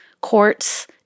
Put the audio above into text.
courts